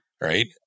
Right